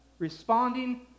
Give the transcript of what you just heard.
Responding